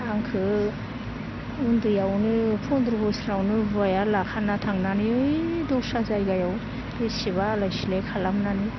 आंखो उन्दैयावनो फन्द्र' बोसोरावनो हुवाया लाखाना थांनानै ओय दस्रा जायगायाव बेसेबा आलाय सिलाय खालामनानै